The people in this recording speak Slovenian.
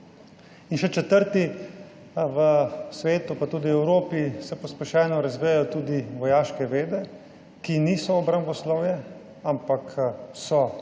In še četrti, v svetu, pa tudi v Evropi, se pospešeno razvijajo vojaške vede, ki niso obramboslovje, ampak so še bolj